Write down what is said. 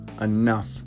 enough